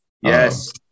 Yes